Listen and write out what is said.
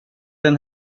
den